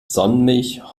sonnenmilch